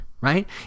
right